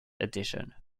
edition